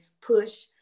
push